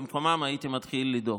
במקומם הייתי מתחיל לדאוג.